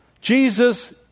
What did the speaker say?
Jesus